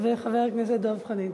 וחבר הכנסת דב חנין.